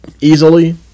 easily